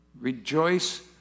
Rejoice